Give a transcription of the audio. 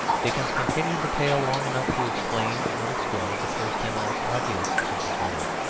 dickens continued the tale long enough to explain or explode the first and most obvious of his riddles.